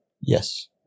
Yes